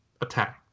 attacked